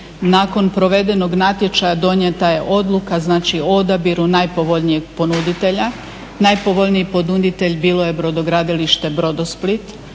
nakon provedenog natječaja donijeta je odluka, znači o odabiru najpovoljnijeg ponuditelja, najpovoljniji ponuditelj bilo je Brodogradilište Brodo Split,